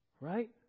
Right